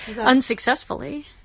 unsuccessfully